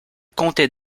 comptait